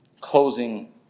closing